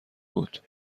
بود